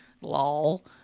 Lol